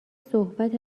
صحبت